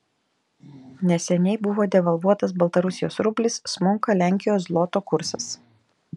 neseniai buvo devalvuotas baltarusijos rublis smunka lenkijos zloto kursas